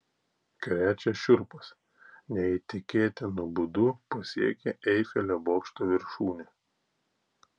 krečia šiurpas neįtikėtinu būdu pasiekė eifelio bokšto viršūnę